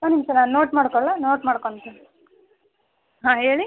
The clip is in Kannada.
ಒಂದು ನಿಮಿಷ ನಾನು ನೋಟ್ ಮಾಡಿಕೊಳ್ಲಾ ನೋಟ್ ಮಾಡ್ಕೊಳ್ತೀನಿ ಹಾಂ ಹೇಳಿ